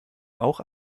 auch